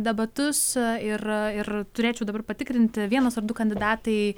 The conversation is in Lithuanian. debatus ir ir turėčiau dabar patikrinti vienas ar du kandidatai